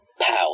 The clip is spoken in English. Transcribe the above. Power